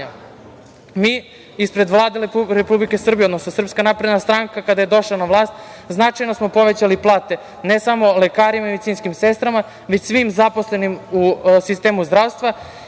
ispred Vlade Republike Srbije, odnosno SNS kada je došla na vlast značajno smo povećali plate, ne samo lekarima i medicinskim sestrama, već svim zaposlenim u sistemu zdravstva